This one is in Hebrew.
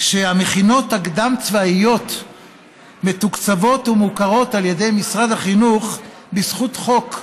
שהמכינות הקדם-צבאיות מתוקצבות ומוכרות על ידי משרד החינוך בזכות חוק,